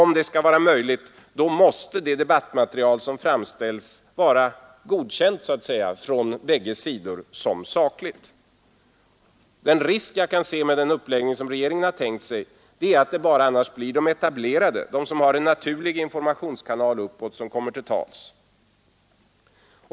Om detta skall vara möjligt måste det debattmaterial som framställs vara godkänt så att säga av båda sidor som sakligt. Den risk jag ser med den uppläggning som regeringen tänkt sig är att det annars bara blir de etablerade — de som har en naturlig informationskanal uppåt — som kommer till tals.